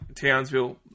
Townsville